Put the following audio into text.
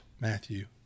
Matthew